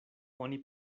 oni